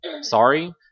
sorry